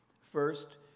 First